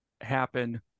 happen